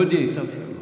על מי אתה עובד כל הזמן?